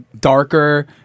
darker